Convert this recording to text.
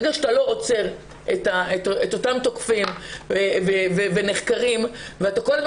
ברגע שאתה לא עוצר את אותם תוקפים ונחקרים ואתה כל הזמן